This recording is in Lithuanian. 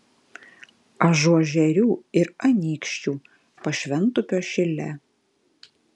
ažuožerių ir anykščių pašventupio šile